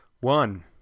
One